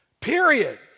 Period